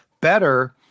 better